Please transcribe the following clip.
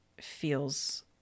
feels